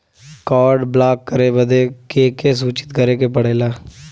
Card block करे बदी के के सूचित करें के पड़ेला?